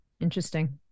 Interesting